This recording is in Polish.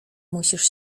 musisz